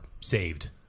saved